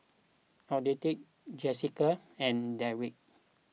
Odette Jesica and Darrick